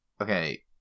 Okay